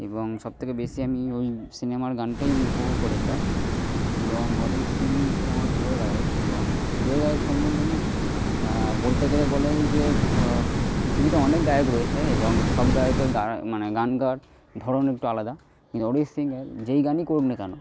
এবং সব থেকে বেশি আমি ওই সিনেমার গানটাই আমি উপভোগ করেছিলাম এবং অরিজিৎ সিং হচ্ছে আমার প্রিয় গায়ক এবং প্রিয় গায়ক সম্বন্ধে আমি বলতে গেলে বলা যায় যে পৃথিবীতে অনেক গায়ক রয়েছে এবং সব গায়কের মানে গান গাওয়ার ধরন একটু আলাদা কিন্তু অরিজিৎ সিং এর যেই গানই করুক না কেন